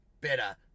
better